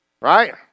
right